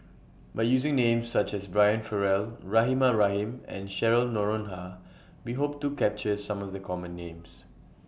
By using Names such as Brian Farrell Rahimah Rahim and Cheryl Noronha We Hope to capture Some of The Common Names